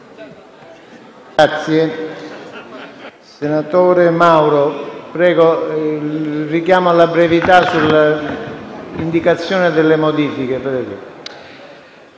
facoltà, senatore Mauro. Richiamo alla brevità nell'indicazione delle modifiche